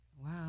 Wow